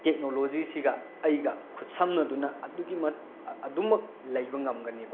ꯇꯦꯛꯅꯣꯂꯣꯖꯤꯁꯤꯒ ꯑꯩꯒ ꯈꯨꯠꯁꯝꯅꯗꯨꯅ ꯑꯗꯨꯃꯛ ꯂꯩꯕ ꯉꯝꯒꯅꯦꯕ